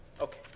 Okay